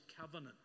covenant